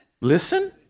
listen